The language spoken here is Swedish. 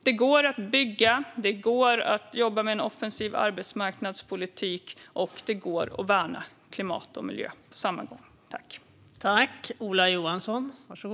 Det går att bygga, det går att jobba med en offensiv arbetsmarknadspolitik och det går att värna klimat och miljö på samma gång.